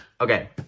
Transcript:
Okay